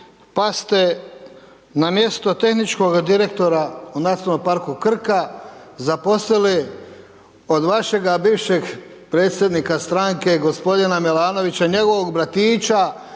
pa ste na mjesto tehničkoga direktora u Nacionalnom parku Krka zaposlili od vašega bivšeg predsjednika stranke gospodina Milanovića njegovog bratića